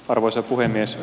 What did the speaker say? arvoisa puhemies